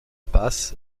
passe